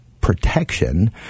protection